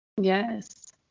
Yes